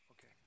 Okay